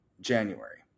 January